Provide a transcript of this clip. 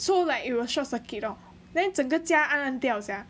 so like you short circuit lor then 整个家暗暗掉 sia